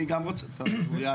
גם אני רוצה לשאול שאלה.